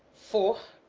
for